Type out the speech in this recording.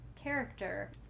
character